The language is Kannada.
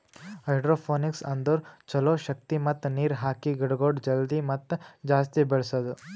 ಹೈಡ್ರೋಪೋನಿಕ್ಸ್ ಅಂದುರ್ ಛಲೋ ಶಕ್ತಿ ಮತ್ತ ನೀರ್ ಹಾಕಿ ಗಿಡಗೊಳ್ ಜಲ್ದಿ ಮತ್ತ ಜಾಸ್ತಿ ಬೆಳೆಸದು